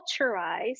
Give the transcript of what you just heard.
culturized